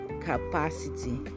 capacity